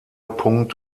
punkt